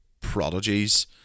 prodigies